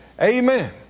Amen